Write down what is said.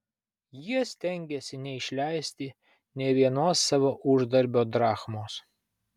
jie stengėsi neišleisti nė vienos savo uždarbio drachmos